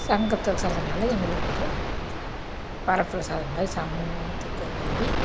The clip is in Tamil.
சங்கத்தில் இருக்கறதுனால எங்களுக்கு ஒரு வரப்பிரசாதம் மாதிரி சங்கத்துக்கு நம்பி